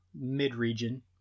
mid-region